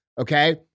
okay